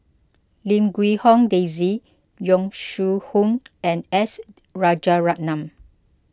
Lim Quee Hong Daisy Yong Shu Hoong and S Rajaratnam